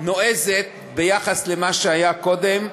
נועזת ביחס למה שהיה קודם.